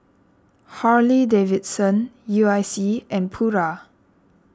Harley Davidson U I C and Pura